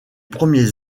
premiers